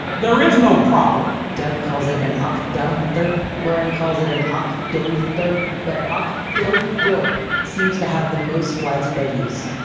there is no proper. doug calls it an oct-uh-therp, lauren calls it an oct-o-therp, but oct-o-thorpe seems to have the most widespread use.